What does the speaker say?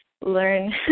learn